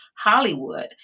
Hollywood